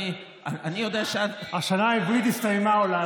אני יודע השנה העברית הסתיימה אולי,